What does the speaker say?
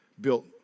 built